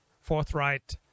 forthright